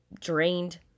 drained